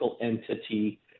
entity